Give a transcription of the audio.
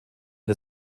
der